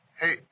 Hey